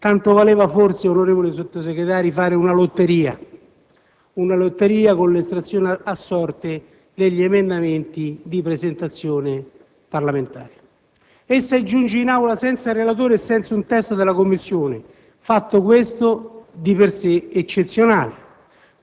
Tanto valeva forse fare una lotteria con l'estrazione a sorte degli emendamenti di presentazioni parlamentari. Essa giunge in Aula senza relatore e senza un testo della Commissione, fatto questo già di per sé eccezionale.